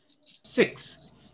Six